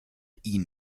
ihn